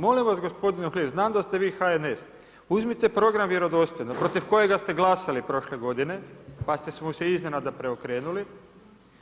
Molim vas gospodine Uhlir, znam da ste vi HNS, uzmite program Vjerodostojno protiv kojega ste glasali prošle godine, pa ste mu se iznenada preokrenuli,